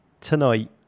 tonight